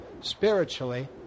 spiritually